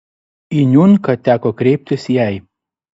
į niunką teko kreiptis jai